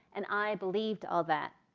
and i believed all that.